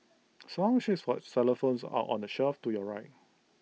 song sheets for xylophones are on the shelf to your right